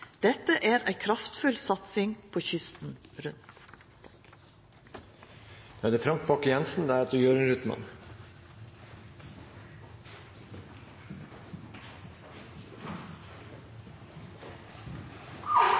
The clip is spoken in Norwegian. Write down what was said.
Dette er ei kraftfull satsing kysten rundt. Arbeid, aktivitet og omstilling er